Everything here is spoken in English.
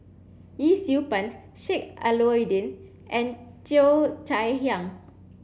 Yee Siew Pun Sheik Alau'ddin and Cheo Chai Hiang